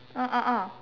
uh a'ah